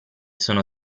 sono